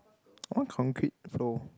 i want concrete floor